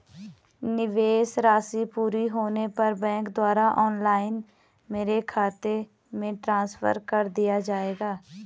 निवेश राशि पूरी होने पर बैंक द्वारा ऑनलाइन मेरे खाते में ट्रांसफर कर दिया जाएगा?